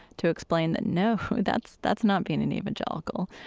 to explain that, no, that's that's not being an evangelical.